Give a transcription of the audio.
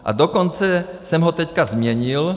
A dokonce jsem ho teď změnil.